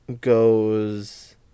goes